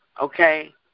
Okay